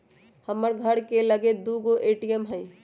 हमर घर के लगे दू गो ए.टी.एम हइ